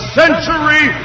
century